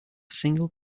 single